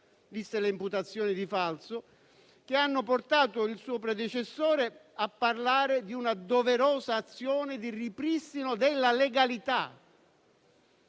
viste le imputazioni di falso - che hanno portato il suo predecessore a parlare di una doverosa azione di ripristino della legalità.